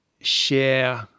share